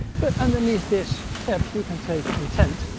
but underneath this tab you can take a tent,